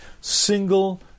single